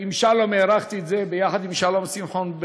עם שלום הארכתי את זה, ביחד עם שלום שמחון,